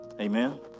Amen